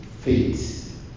faith